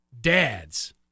dads